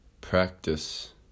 Practice